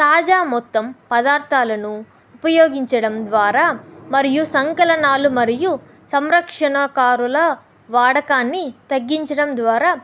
తాజా మొత్తం పదార్థాలను ఉపయోగించడం ద్వారా మరియు సంకలనాలు మరియు సంరక్షణకారుల వాడకాన్ని తగ్గించడం ద్వారా